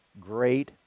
great